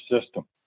system